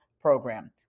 program